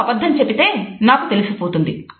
నువ్వు అబద్ధం చెబితే నాకు తెలిసి పోతుంది